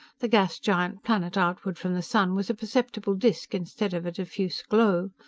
the gas-giant planet outward from the sun was a perceptible disk instead of a diffuse glow.